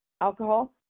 alcohol